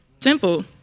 Simple